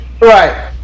Right